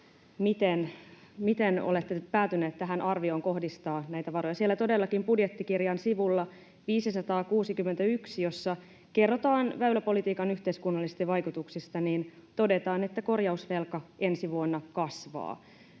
miten olette nyt päätyneet tähän arvioon kohdistaa näitä varoja. Siellä todellakin budjettikirjan sivulla 561, jossa kerrotaan väyläpolitiikan yhteiskunnallisista vaikutuksista, todetaan, että korjausvelka ensi vuonna kasvaa.